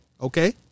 Okay